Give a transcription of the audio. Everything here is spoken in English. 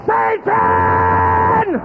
Satan